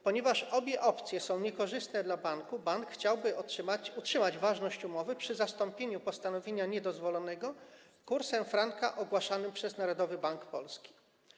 Ponieważ obie opcje są niekorzystne dla banku, bank chciałby utrzymać ważność umowy przy zastąpieniu postanowienia niedozwolonego kursem franka ogłaszanym przez Narodowy Bank Polski.